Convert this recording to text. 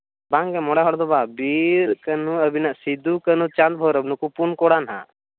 ᱵᱟᱝᱜᱮ ᱢᱚᱬᱮ ᱦᱚᱲ ᱫᱚ ᱵᱟᱝ ᱵᱤᱨ ᱠᱟᱹᱱᱦᱩ ᱟᱹᱵᱤᱱᱟᱜ ᱥᱤᱫᱩ ᱠᱟᱹᱱᱦᱩ ᱪᱟᱸᱫᱽ ᱵᱷᱳᱭᱨᱳᱵᱽ ᱱᱩᱠᱩ ᱯᱩᱱ ᱠᱚᱲᱟ ᱱᱟᱜ